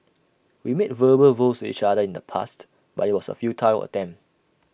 we made verbal vows to each other in the past but IT was A futile attempt